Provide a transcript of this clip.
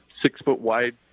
six-foot-wide